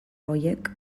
horiek